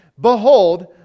behold